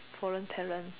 foreign talent